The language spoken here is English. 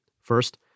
First